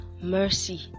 mercy